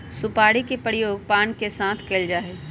सुपारी के प्रयोग पान के साथ कइल जा हई